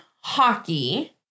hockey